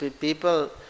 people